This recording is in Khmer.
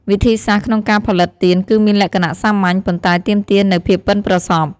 វិធីសាស្រ្តក្នុងការផលិតទៀនគឺមានលក្ខណៈសាមញ្ញ ប៉ុន្តែទាមទារនូវភាពប៉ិនប្រសប់។